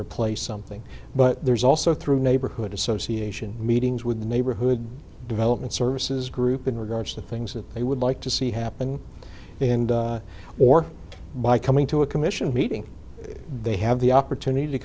replace something but there's also through neighborhood association meetings with the neighborhood development services group in regards to things that they would like to see happen or by coming to a commission meeting they have the opportunity to